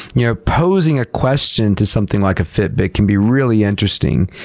you know posing a question to something like a fitbit can be really interesting.